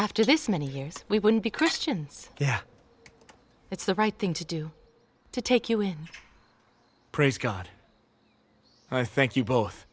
after this many we wouldn't be christians yeah it's the right thing to do to take you praise god i thank you both